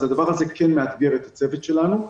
אז הדבר הזה כן מאתגר את הצוות שלנו.